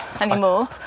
anymore